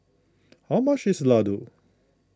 how much is Ladoo